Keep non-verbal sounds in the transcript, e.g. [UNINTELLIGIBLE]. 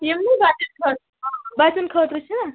یِم نہ بچن خٲطرٕ [UNINTELLIGIBLE] بچن خٲطرٕ چھِنا